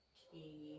key